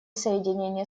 соединение